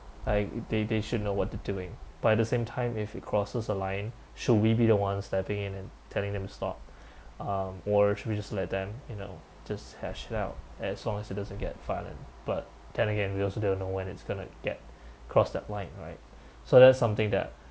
like they they should know what they're doing but at the same time if it crosses a line should we be the one stepping in and telling them to stop um or should we just let them you know just hash it out as long as it doesn't get violent but then again we also don't know when it's going to get cross that line right so that's something that